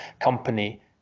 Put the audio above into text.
company